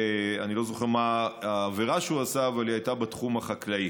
אני לא זוכר מה העבירה שהוא עשה אבל היא הייתה בתחום החקלאי.